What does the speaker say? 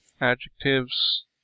Adjectives